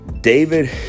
David